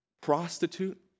prostitute